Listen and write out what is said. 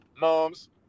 moms